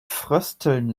frösteln